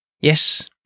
Yes